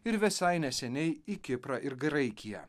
ir vesai neseniai į kiprą ir graikiją